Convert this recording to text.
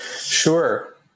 Sure